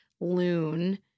Loon